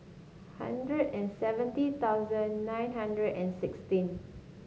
hundred and seventy thousand nine hundred and sixteen